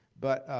but